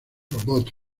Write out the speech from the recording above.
robot